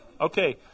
Okay